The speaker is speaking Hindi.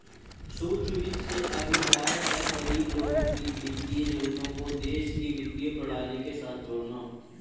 सूक्ष्म वित्त से अभिप्राय है, गरीब लोगों की वित्तीय जरूरतों को देश की वित्तीय प्रणाली के साथ जोड़ना